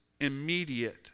immediate